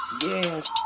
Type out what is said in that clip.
yes